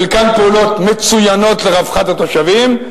חלקן פעולות מצוינות לרווחת התושבים,